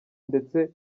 ndetse